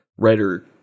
Writer